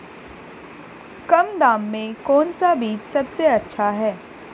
कम दाम में कौन सा बीज सबसे अच्छा है?